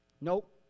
nope